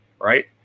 right